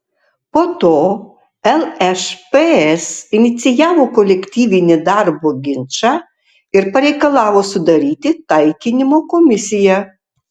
po to lšps inicijavo kolektyvinį darbo ginčą ir pareikalavo sudaryti taikinimo komisiją